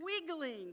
Wiggling